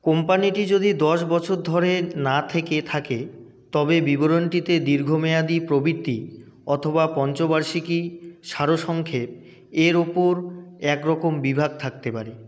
কোম্পানিটি যদি দশ বছর ধরে না থেকে থাকে তবে বিবরণটিতে দীর্ঘমেয়াদী প্রবৃদ্ধি অথবা পঞ্চবার্ষিকী সারসংক্ষেপ এর ওপর এক রকম বিভাগ থাকতে পারে